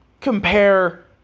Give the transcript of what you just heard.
compare